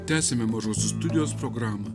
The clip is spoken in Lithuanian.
tęsiame mažosios studijos programą